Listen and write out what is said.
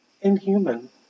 Inhuman